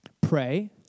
Pray